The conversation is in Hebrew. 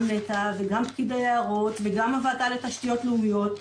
נת"ע וגם פקיד היערות וגם הוועדה לתשתיות לאומיות,